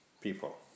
people